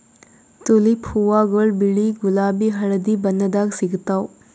tulip ಹೂವಾಗೊಳ್ ಬಿಳಿ ಗುಲಾಬಿ ಹಳದಿ ಬಣ್ಣದಾಗ್ ಸಿಗ್ತಾವ್